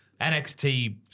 NXT